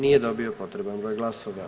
Nije dobio potreban broj glasova.